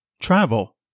travel